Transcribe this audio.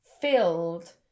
filled